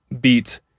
beat